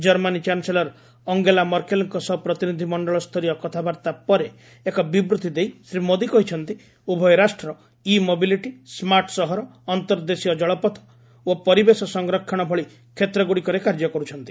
Germany chancellor Angela ମର୍କେଲ୍ଙ୍କ ସହ ପ୍ରତିନିଧି ମଣ୍ଡଳ ସ୍ତରୀୟ କଥାବାର୍ତ୍ତା ପରେ ଏକ ବିବୃଭି ଦେଇ ଶ୍ରୀ ମୋଦୀ କହିଛନ୍ତି ଉଭୟ ରାଷ୍ଟ୍ର ଇ ମୋବିଲିଟି ସ୍କାର୍ଟ୍ ସହର ଅନ୍ତର୍ଦ୍ଦେଶୀୟ ଜଳପଥ ଓ ପରିବେଶ ସଂରକ୍ଷଣ ଭଳି କ୍ଷେତ୍ରଗୁଡ଼ିକରେ କାର୍ଯ୍ୟ କରୁଛନ୍ତି